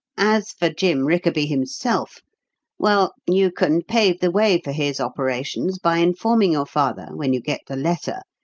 as for jim rickaby himself well, you can pave the way for his operations by informing your father, when you get the letter,